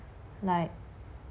like